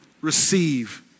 Receive